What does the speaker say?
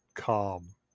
calm